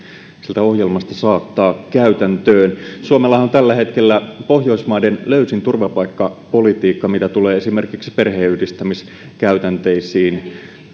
sieltä ohjelmasta saattaa käytäntöön suomellahan on tällä hetkellä pohjoismaiden löysin turvapaikkapolitiikka mitä tulee esimerkiksi perheenyhdistämiskäytänteisiin